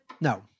No